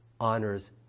honors